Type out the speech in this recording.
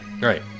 right